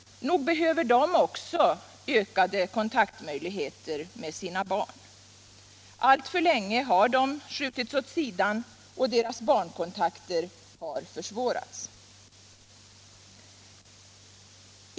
Nog behöver de också ökade möjligheter till kontakt med sina barn. Alltför länge har de skjutits åt — Familjepolitiken sidan och deras barnkontakter har försvårats.